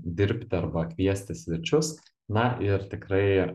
dirbti arba kviesti svečius na ir tikrai